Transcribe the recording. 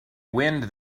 wind